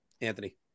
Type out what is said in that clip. Anthony